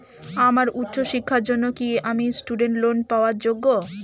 আমার উচ্চ শিক্ষার জন্য কি আমি স্টুডেন্ট লোন পাওয়ার যোগ্য?